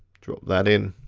drop that in.